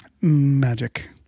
Magic